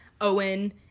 owen